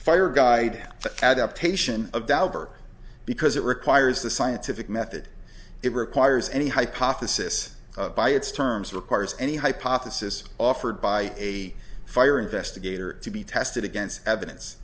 fire guide for adaptation of dauber because it requires the scientific method it requires any hypothesis by its terms requires any hypothesis offered by a fire investigator to be tested against evidence